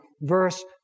verse